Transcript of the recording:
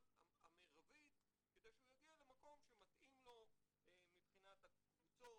המרבית כדי שהוא יגיע למקום שמתאים לו מבחינת הקבוצות,